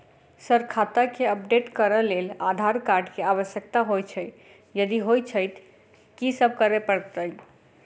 Sir खाता केँ update करऽ लेल आधार कार्ड केँ आवश्यकता होइ छैय यदि होइ छैथ की सब करैपरतैय?